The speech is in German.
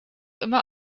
immer